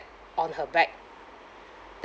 on her back